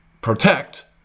protect